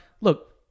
look